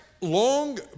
Long